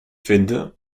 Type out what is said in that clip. finde